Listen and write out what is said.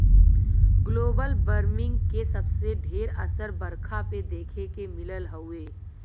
global warming के सबसे ढेर असर बरखा पे देखे के मिलत हउवे